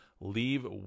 Leave